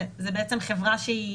זאת בעצם חברה שהיא